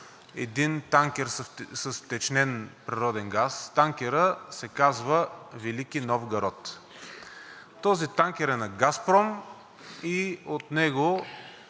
един танкер с втечнен природен газ. Танкерът се казва „Велики Новгород“. Този танкер е на „Газпром“ и от него,